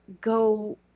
go